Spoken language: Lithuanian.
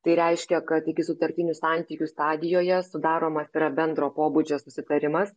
tai reiškia kad ikisutartinių santykių stadijoje sudaromas yra bendro pobūdžio susitarimas